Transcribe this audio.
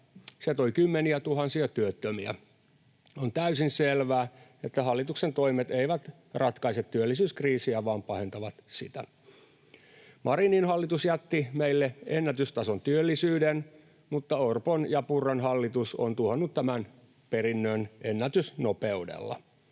se toi kymmeniätuhansia työttömiä. On täysin selvää, että hallituksen toimet eivät ratkaise työllisyyskriisiä vaan pahentavat sitä. Marinin hallitus jätti meille ennätystason työllisyyden, mutta Orpon ja Purran hallitus on tuhonnut tämän perinnön ennätysnopeudella.